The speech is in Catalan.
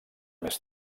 més